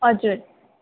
हजुर